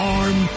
arm